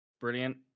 brilliant